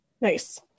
Nice